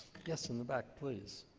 yes, in the back, please.